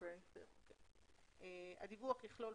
הדיווח יכלול,